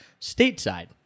stateside